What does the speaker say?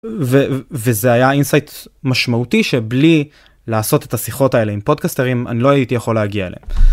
ו... וזה היה אינסייט משמעותי שבלי לעשות את השיחות האלה עם פודקסטרים אני לא הייתי יכול להגיע אליהם.